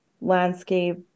landscape